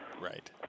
Right